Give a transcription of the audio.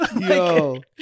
Yo